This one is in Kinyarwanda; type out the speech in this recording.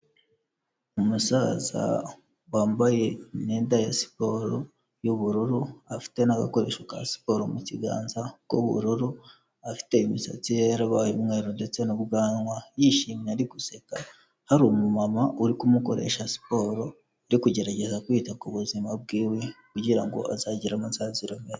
Umusaza wambaye imyenda ya siporo y'ubururu afite n'agakoresho ka siporo mu kiganza k'ubururu, afite imisatsi ye yarabaye umweru ndetse n'ubwanwa yishimye ari guseka, hari umumama uri kumukoresha siporo, uri kugerageza kwita ku buzima bwiwe kugira ngo azagire amasaziro meza.